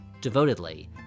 devotedly